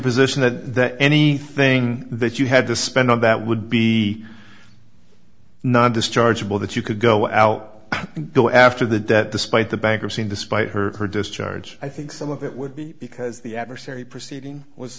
position that anything that you had to spend on that would be not dischargeable that you could go out and go after the debt despite the bankruptcy and despite her discharge i think some of it would be because the adversary proceeding was